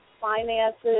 finances